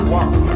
one